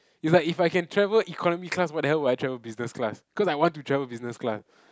is like if I can travel economy class why the hell would I travel business class cause I want to travel business class